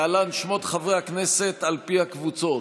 להלן שמות חברי הכנסת על פי הקבוצות.